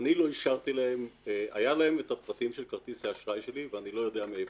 היה להם את הפרטים של כרטיס האשראי שלי ואני לא יודע מהיכן.